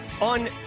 On